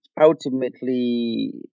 ultimately